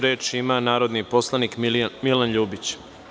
Reč ima narodni poslanik Milan Ljubić.